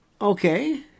Okay